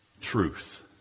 truth